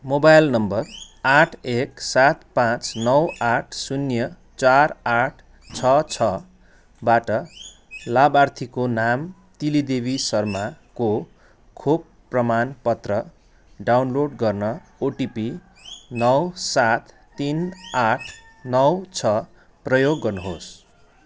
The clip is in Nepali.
मोबाइल नम्बर आठ एक सात पाँच नौ आठ शून्य चार आठ छ छबाट लाभार्थीको नाम तिलीदेवी शर्माको खोप प्रमाणपत्र डाउनलोड गर्न ओटिपी नौ सात तिन आठ नौ छ प्रयोग गर्नुहोस्